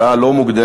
השעה לא מוקדמת,